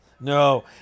No